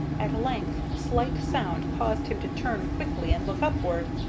at length a slight sound caused him to turn quickly and look upward.